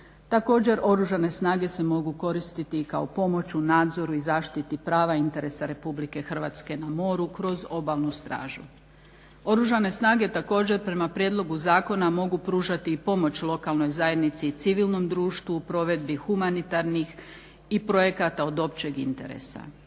Također, oružane snage se mogu koristiti i kao pomoć u nadzoru i zaštiti prava i interesa Republike Hrvatske na moru kroz obalnu stražu. Oružane snage također prema prijedlogu zakona mogu pružati i pomoć lokalnoj zajednici i civilnom društvu u provedbi humanitarnih i projekata od općeg interesa.